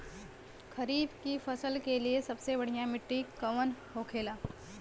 खरीफ की फसल के लिए सबसे बढ़ियां मिट्टी कवन होखेला?